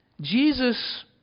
Jesus